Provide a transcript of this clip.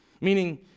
meaning